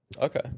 Okay